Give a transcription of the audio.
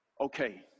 Okay